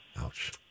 Ouch